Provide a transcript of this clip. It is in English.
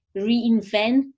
reinvent